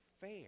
fair